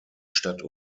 stadt